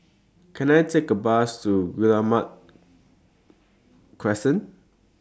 Can I Take A Bus to Guillemard Crescent